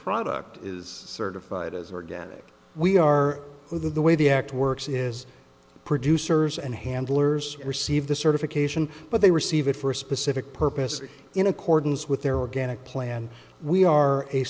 product is certified as organic we are with the way the act works is producers and handlers receive the certification but they receive it for a specific purpose in accordance with their organic plan we are a